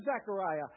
Zechariah